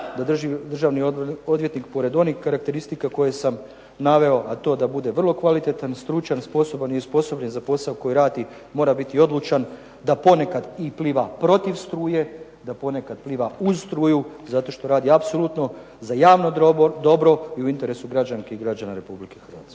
da državni odvjetnik pored onih karakteristika koje sam naveo, a to da bude vrlo kvalitetan, stručan, sposoban i osposobljen za posao koji radi, mora biti odlučan da ponekad pliva i protiv struje, da ponekad pliva i uz struju zato što radi apsolutno za javno dobro i u interesu građanki i građana Republike Hrvatske.